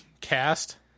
cast